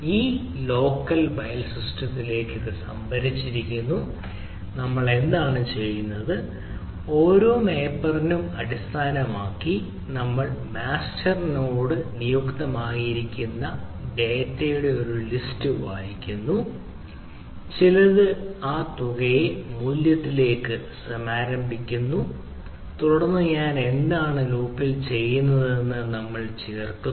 ഇത് local file സിസ്റ്റത്തിൽ സംഭരിച്ചിരിക്കുന്നു നമ്മൾ എന്താണ് ചെയ്യുന്നത് ഓരോ മാപ്പറിനും നമ്മൾ അതിന്റെ മാസ്റ്റർ നോഡ് നിയുക്തമാക്കിയിരിക്കുന്ന ഡാറ്റയുടെ ഒരു ലിസ്റ്റ് വായിക്കുന്നു ചിലത് തുകയെ മൂല്യത്തിലേക്ക് സമാരംഭിക്കുന്നു തുടർന്ന് ഞാൻ എന്താണ് ലൂപ്പിൽ ചെയ്യുന്നതെന്ന് നമ്മൾ ചേർക്കുന്നു